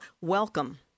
Welcome